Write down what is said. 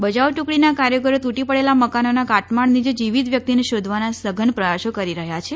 બચાવ ટુકડીનાં કાર્યકરો તૂટી પડેલા મકાનોના કાટમાળ નીચે જીવીત વ્યકિતને શોધવાના સધન પ્રયાસો કરી રહ્યા છે